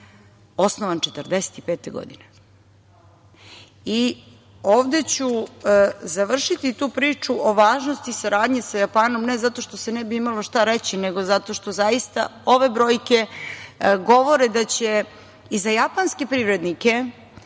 osnovan je 1945. godine. Ovde ću završiti tu priču o važnosti saradnje sa Japanom, ne zato što se ne bi imalo šta reći, nego zato što zaista ove brojke govore da će i za japanske privrednike